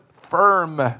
firm